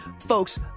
folks